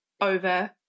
over